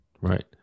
Right